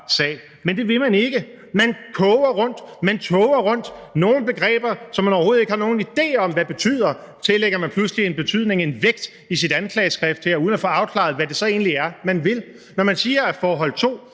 sag. Men det vil man ikke. Man koger rundt, man tåger rundt, og begreber, som man overhovedet ikke har nogen idé om hvad betyder, tillægger man pludselig en betydning og en vægt i sit anklageskrift, uden at få afklaret, hvad det så egentlig er, man vil. Når man siger, at forhold 2,